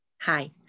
Hi